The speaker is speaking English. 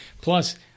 Plus